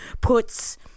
puts